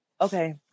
okay